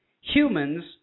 Humans